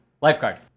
Lifeguard